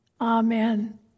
Amen